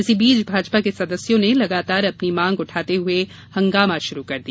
इसी बीच भाजपा के सदस्यों ने लगातार अपनी मांग उठाते हुए हंगामा शुरु कर दिया